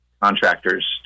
contractors